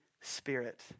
spirit